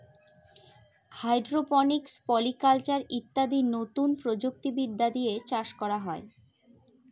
hydroponics, polyculture ইত্যাদি নতুন প্রযুক্তি বিদ্যা দিয়ে চাষ করা হয়